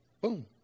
Boom